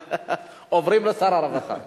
עוברים לשר הרווחה.